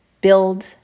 build